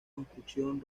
construcción